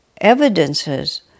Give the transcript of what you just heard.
evidences